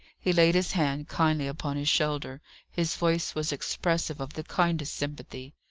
he laid his hand kindly upon his shoulder his voice was expressive of the kindest sympathy.